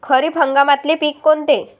खरीप हंगामातले पिकं कोनते?